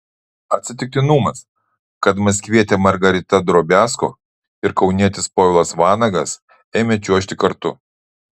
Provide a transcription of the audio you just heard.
atsitiktinumas kad maskvietė margarita drobiazko ir kaunietis povilas vanagas ėmė čiuožti kartu